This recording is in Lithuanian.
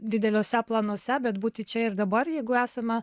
dideliuose planuose bet būti čia ir dabar jeigu esame